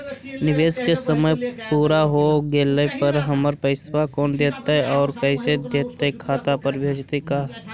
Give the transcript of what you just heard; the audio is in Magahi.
निवेश के समय पुरा हो गेला पर हमर पैसबा कोन देतै और कैसे देतै खाता पर भेजतै का?